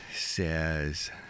says